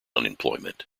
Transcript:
unemployment